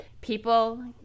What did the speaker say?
people